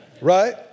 Right